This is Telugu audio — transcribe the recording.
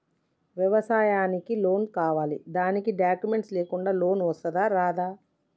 వ్యవసాయానికి లోన్స్ కావాలి దానికి డాక్యుమెంట్స్ లేకుండా లోన్ వస్తుందా రాదా?